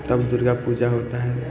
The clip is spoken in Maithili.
तब दुर्गा पूजा होता है